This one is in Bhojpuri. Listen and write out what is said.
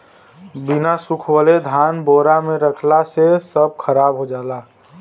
बिना सुखवले धान बोरा में रखला से सब खराब हो जाला